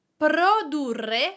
Produrre